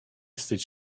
wstydź